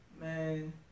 man